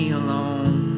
alone